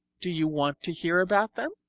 do you want to hear about them?